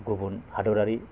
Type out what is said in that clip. गुबुन हादोरारि